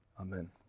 Amen